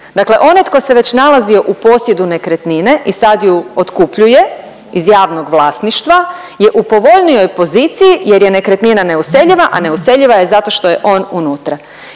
Dakle, onaj tko se već nalazio u posjedu nekretnine i sad ju otkupljuje iz javnog vlasništva je u povoljnijoj poziciji, jer je nekretnina neuseljiva, a neuseljiva je zato što je on unutra.